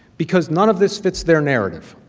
because none of this fits their narrative,